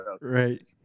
Right